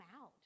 out